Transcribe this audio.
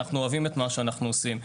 אנחנו אוהבים את מה שאנחנו עושים.